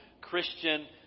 Christian